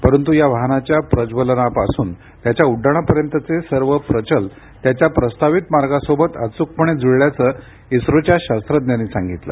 परंतु या वाहनाचं प्रज्वलनापासून त्याच्या उड्डाणाचे सर्व प्रचल त्याच्या प्रस्तावित मार्गासोबत अचूकपणे जुळल्याचं इस्रोच्या शास्त्रज्ञांनी सांगितलं